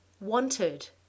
Wanted